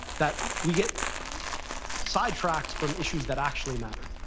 that we get sidetracked from issues that actually matter,